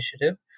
initiative